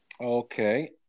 Okay